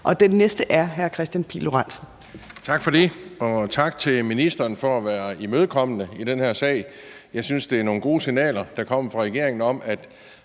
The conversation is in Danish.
Lorentzen. Kl. 14:49 Kristian Pihl Lorentzen (V): Tak for det, og tak til ministeren for at være imødekommende i den her sag. Jeg synes, det er nogle gode signaler, der kommer fra regeringen, om, at